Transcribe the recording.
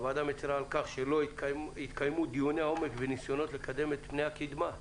הוועדה מצרה על כך שלא התקיימו דיוני עומק וניסיונות לקדם את פני הקדמה.